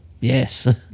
Yes